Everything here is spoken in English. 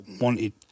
wanted